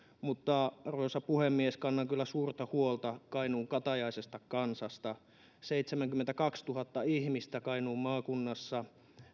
mutta arvoisa puhemies kannan kyllä suurta huolta kainuun katajaisesta kansasta seitsemänkymmentäkaksituhatta ihmistä kainuun maakunnassa